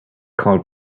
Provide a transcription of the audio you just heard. call